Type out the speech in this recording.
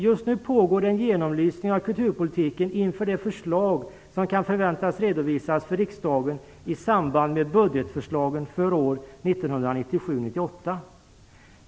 Just nu pågår en genomlysning av kulturpolitiken inför de förslag som kan förväntas redovisas för riksdagen i samband med budgetförslagen för 1997 och 1998.